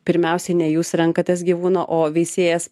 pirmiausiai ne jūs renkatės gyvūną o veisėjas